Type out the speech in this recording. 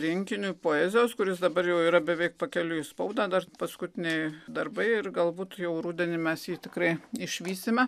rinkiniui poezijos kuris dabar jau yra beveik pakeliui į spaudą dar paskutiniai darbai ir galbūt jau rudenį mes jį tikrai išvysime